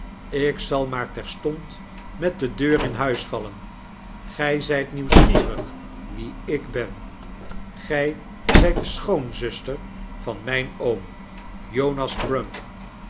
ik zal maar terstond met de deur in huis vallen gy zjjt nieuwsgierig wie ik ben gjj zijt de schoonzuster van myn oom jonas crump